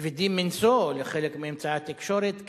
כבדים מנשוא לחלק מאמצעי התקשורת,